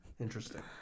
Interesting